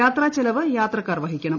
യാത്രാ ചെലവ് യാത്രിക്കാർ വഹിക്കണം